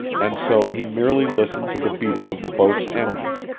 and so he merely listened to the beating of the boat's engine,